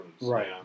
Right